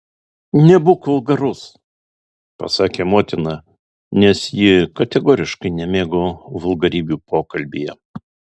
nebūk vulgarus pasakė motina nes ji kategoriškai nemėgo vulgarybių pokalbyje